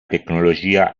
tecnologia